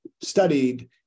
studied